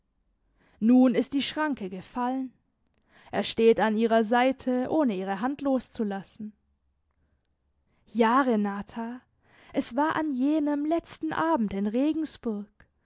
nun ist die schranke gefallen er steht an ihrer seite ohne ihre hand loszulassen ja renata es war an jenem letzten abend in regensburg